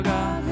God